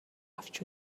авч